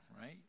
right